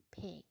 pig